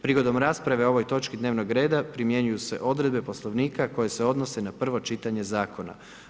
Prigodom rasprave o ovoj točci dnevnog reda, primjenjuju se odredbe poslovnika koje se odnose na prvo čitanje zakona.